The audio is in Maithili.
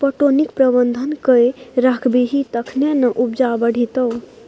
पटौनीक प्रबंधन कए राखबिही तखने ना उपजा बढ़ितौ